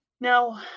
Now